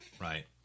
Right